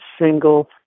single